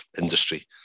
industry